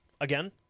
again